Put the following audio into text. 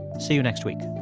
see you next week